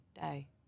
day